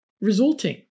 resulting